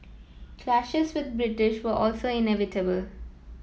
clashes with British were also inevitable